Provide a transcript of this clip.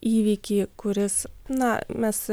įvykį kuris na mes